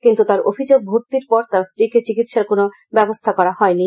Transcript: কিন্ত তার অভিযোগ ভর্তির পর তার স্ত্রীকে চিকিৎসার কোন ব্যবস্থা করা হয়নি